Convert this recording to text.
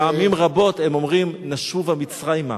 ופעמים רבות הם אומרים "נשובה מצרימה",